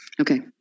okay